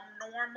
normal